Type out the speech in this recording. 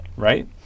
Right